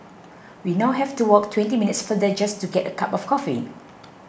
we now have to walk twenty minutes farther just to get a cup of coffee